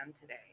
today